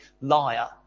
liar